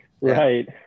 Right